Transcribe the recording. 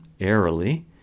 airily